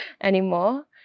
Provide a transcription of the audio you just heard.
anymore